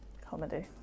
Comedy